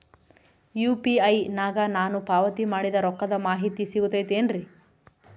UPI ನಾಗ ನಾನು ಪಾವತಿ ಮಾಡಿದ ರೊಕ್ಕದ ಮಾಹಿತಿ ಸಿಗುತೈತೇನ್ರಿ?